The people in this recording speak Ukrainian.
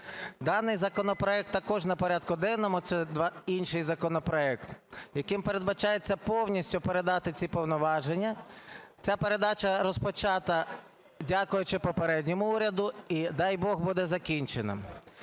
Даний законопроект також на порядку денному, це інший законопроект, яким передбачається повністю передати ці повноваження. Ця передача розпочата, дякуючи попередньому уряду, і, дай Бог, буде закінчена.